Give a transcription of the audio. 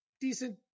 decent